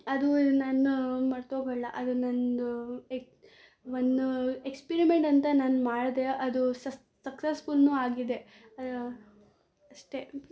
ಅದು ನಾನು ಮರ್ತೋಗಲ್ಲ ಅದು ನನ್ನದು ಎಕ್ ಒನ್ನು ಎಕ್ಸ್ಪರಿಮೆಂಟ್ ಅಂತ ನಾನು ಮಾಡಿದೆ ಅದು ಸಸ್ ಸಕ್ಸಸ್ಫುಲ್ನೂ ಆಗಿದೆ ಅಷ್ಟೇ